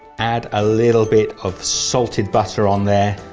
add a little bit of salted butter on there,